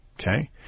Okay